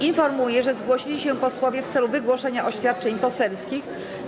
Informuję, że zgłosili się posłowie w celu wygłoszenia oświadczeń poselskich.